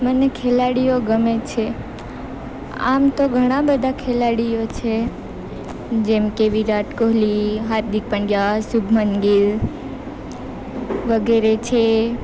મને ખેલાડીઓ ગમે છે આમ તો ઘણા બધા ખેલાડીઓ છે જેમકે વિરાટ કોહલી હાર્દિક પંડ્યા શુભમન ગિલ વગેરે છે